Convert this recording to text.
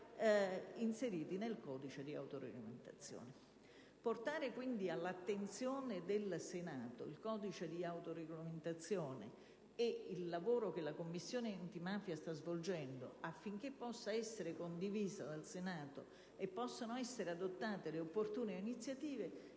inseriti nel codice di autoregolamentazione.